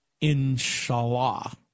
Inshallah